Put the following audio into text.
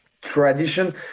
tradition